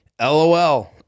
LOL